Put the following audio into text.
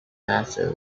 massive